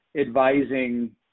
advising